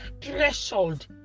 threshold